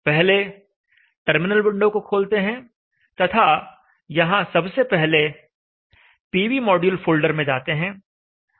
पहले terminal window को खोलते हैं तथा यहां सबसे पहले pvmodule फोल्डर में जाते हैं